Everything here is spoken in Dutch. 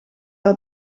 dat